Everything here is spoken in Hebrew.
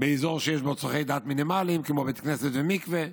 באזור שיש בו צורכי דת מינימליים כמו בית כנסת ומקווה.